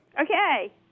Okay